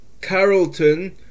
Carrollton